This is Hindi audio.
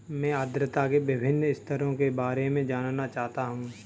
मैं आर्द्रता के विभिन्न स्तरों के बारे में जानना चाहता हूं